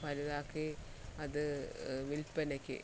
വലുതാക്കി അത് വില്പനയ്ക്ക്